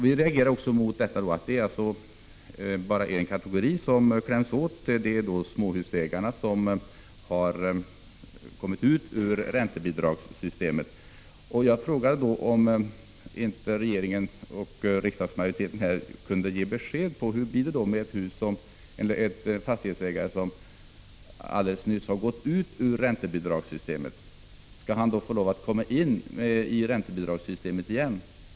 Vi reagerar mot att det bara är en kategori som kläms åt, och det är småhusägarna som har kommit ut ur räntebidragssystemet. Jag vill fråga om inte regeringen och riksdagsmajoriteten kan ge besked om hur det blir för en fastighetsägare som alldeles nyss gått ut ur räntebidragssystemet. Skall han komma in i räntebidragssystemet igen?